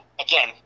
again